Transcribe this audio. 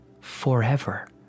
forever